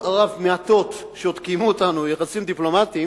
ערב מעטות שעוד קיימו אתנו יחסים דיפלומטיים,